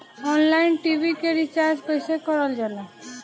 Online TV के recharge कईसे करल जाला?